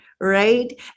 right